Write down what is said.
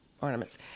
ornaments